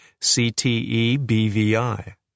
CTEBVI